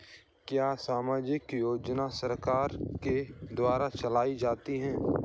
क्या सामाजिक योजनाएँ सरकार के द्वारा चलाई जाती हैं?